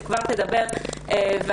שתדבר עוד מעט,